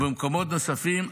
ומקומות נוספים,